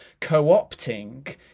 co-opting